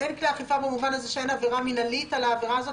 אין כלי אכיפה במובן הזה שאין עבירה מנהלית על העבירה הזאת,